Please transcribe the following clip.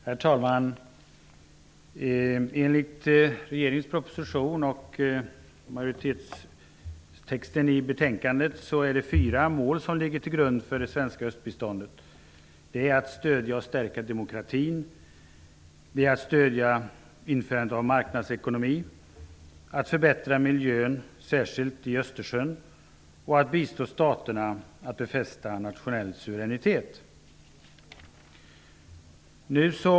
Herr talman! Enligt regeringens proposition och utskottsmajoritetens text i betänkandet är det fyra mål som ligger till grund för det svenska östbiståndet. Det är att stödja och stärka demokratin, att stödja införandet av marknadsekonomi, att förbättra miljön, särskilt i Östersjön, och att bistå staterna i att befästa nationell suveränitet.